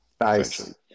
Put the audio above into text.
nice